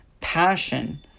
passion